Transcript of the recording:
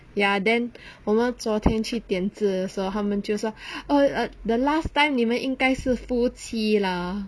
ya then 我们昨天去点痣的时候他们就说 oh err the last time 你们应该是夫妻啦